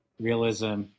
realism